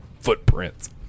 footprints